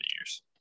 years